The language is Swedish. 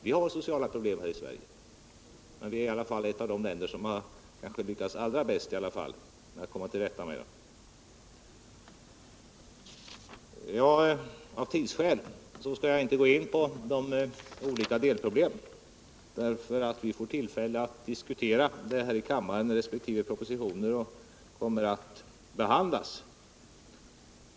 Vi har sociala problem här i Sverige, men vi är i alla fall ett av de länder som väl lyckats allra bäst när det gäller att komma till rätta med dessa problem. Av tidsskäl skall jag inte gå in på de olika delproblemen, för vi får tillfälle att diskutera dem här i kammaren när resp. propositioner behandlas.